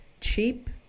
cheap